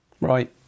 Right